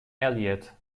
elliott